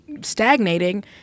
stagnating